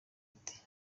ati